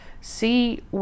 see